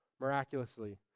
miraculously